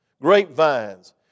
grapevines